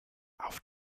auf